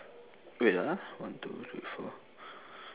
wait ah one two three four